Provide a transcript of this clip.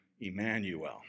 Emmanuel